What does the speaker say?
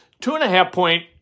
two-and-a-half-point